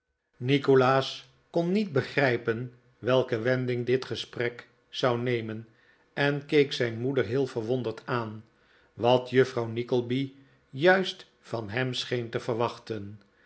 nikolaas kon niet begrijpen welke wending dit gesprek zou nemen en keek zijn moeder heel verwonderd aan wat juffrouw nickleby juist van hem scheen te verwachten